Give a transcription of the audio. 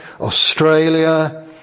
Australia